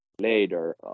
later